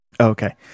Okay